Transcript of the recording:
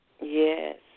Yes